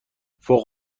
فوق